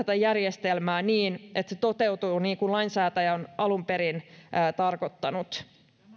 ohjata tätä järjestelmää niin että se toteutuu niin kuin lainsäätäjä on alun perin tarkoittanut